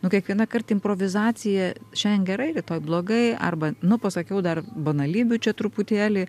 nu kiekvienąkart improvizacija šiandien gerai rytoj blogai arba nu pasakiau dar banalybių čia truputėlį